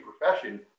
profession